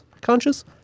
conscious